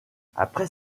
après